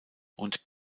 und